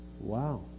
Wow